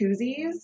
koozies